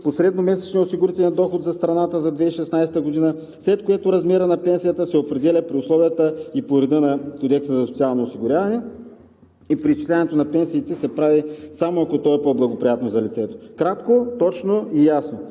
по средно месечния осигурителен доход за страната за 2016 г., след което размерът на пенсията се определя при условията и по реда на Кодекса на социално осигуряване. Преизчисляването на пенсиите се прави само ако то е по-благоприятно за лицето. Кратко, точно и ясно.